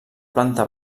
planta